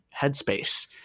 Headspace